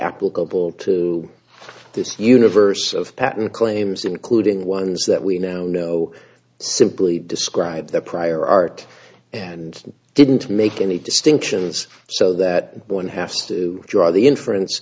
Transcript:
applicable to this universe of patent claims including ones that we now know simply describe the prior art and didn't make any distinctions so that one has to draw the inf